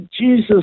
Jesus